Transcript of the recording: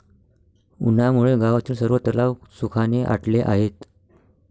उन्हामुळे गावातील सर्व तलाव सुखाने आटले आहेत